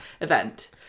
event